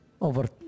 over